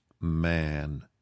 man